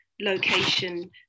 location